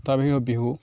তাৰ বাহিৰেও বিহু